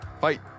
fight